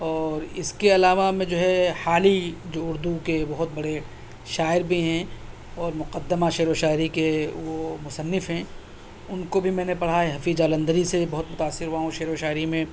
اور اس کے علاوہ میں جو ہے حالی جو اردو کے بہت بڑے شاعر بھی ہیں اور مقدمہ شعر و شاعری کے وہ مصنف ہیں ان کو بھی میں نے پڑھا ہے حفیظ جالندھری سے بہت متأثر ہوا ہوں شعر و شاعری میں